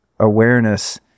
awareness